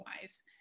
wise